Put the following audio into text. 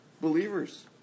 believers